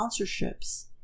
sponsorships